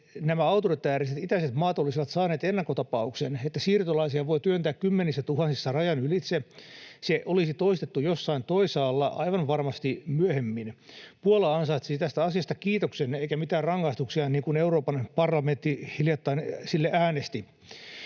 Jos nämä autoritääriset itäiset maat olisivat saaneet ennakkotapauksen, että siirtolaisia voi työntää kymmenissä tuhansissa rajan ylitse, se olisi toistettu jossain toisaalla aivan varmasti myöhemmin. Puola ansaitsisi tästä asiasta kiitoksen eikä mitään rangaistuksia, niin kuin Euroopan parlamentti hiljattain sille äänesti.